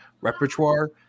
repertoire